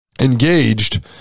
engaged